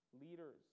leaders